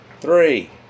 three